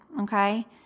okay